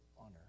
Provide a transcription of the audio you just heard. honor